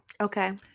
Okay